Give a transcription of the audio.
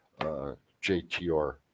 JTR